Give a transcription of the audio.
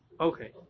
Okay